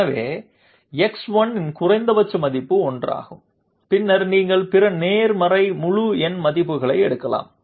எனவே x1 இன் குறைந்தபட்ச மதிப்பு 1 ஆகும் பின்னர் நீங்கள் பிற நேர்மறை முழு எண் மதிப்புகளை எடுக்கலாம்